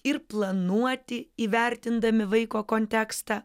ir planuoti įvertindami vaiko kontekstą